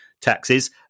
taxes